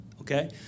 Okay